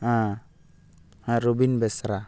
Robin Besra